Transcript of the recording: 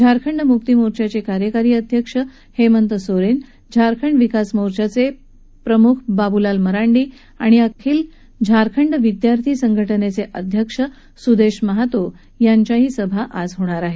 झारखंडमुक्ती मोर्चाचे कार्यकारी अध्यक्ष हेमंत सोरेन झारखंड विकास मोर्चाचे प्रम्ख बाब्लाल मरांडी आणि अखिल झारखंड विद्यार्थी संघटनेचे अध्यक्ष स्देश महातो हेदेखील सभा घेणार आहेत